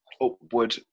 upward